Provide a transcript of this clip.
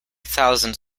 thousands